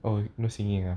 oh no singing